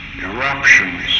eruptions